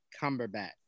Cumberbatch